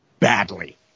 badly